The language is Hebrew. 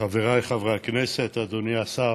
חבריי חברי הכנסת, אדוני השר,